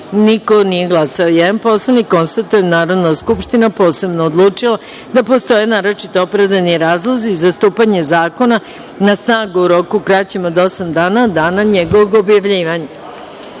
nema, nije glasao – jedan poslanik. Konstatujem da je Narodna skupština posebno odlučila da postoje naročito opravdani razlozi za stupanje zakona na snagu u roku kraćem od osam dana od dana njegovog objavljivanja. Stavljam